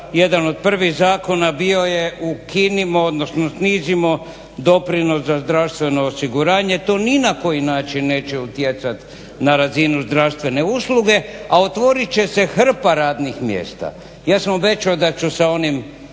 jedan od prvih zakona bio je ukinimo odnosno snizimo doprinos za zdravstveno osiguranje. To ni na koji načini neće utjecat na razinu zdravstvene usluge, a otvorit će se hrpa radnih mjesta. Ja sam obećao da ću sa onim